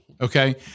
Okay